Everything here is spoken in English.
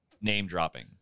name-dropping